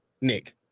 Nick